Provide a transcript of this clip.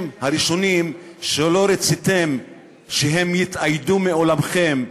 הראשונים שלא רציתם שהם יתאיידו מעולמכם,